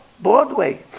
Broadway